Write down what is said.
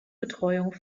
betreuung